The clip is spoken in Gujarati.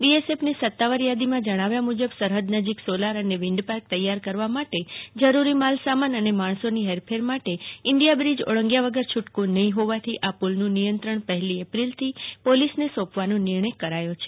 બીએસએફ ની સત્તાવાર થાદી માં જણાવાયા મુજબ સરહદ નજીક સોલાર અને વિન્ઠ પાર્ક તૈયાર કરવા માટે જરૂરી માલસામાન અને માણસો ની હેરફેર માટે ઇન્ડિયા બ્રિજ ઓળંગ્યા વગર છૂટકો નહિ હોવાથી આ પુલ નું નિયંત્રણ પહેલી એપ્રિલ થી પોલીસ ને સોંપવાનો નિર્ણય કરાયો છે